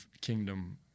kingdom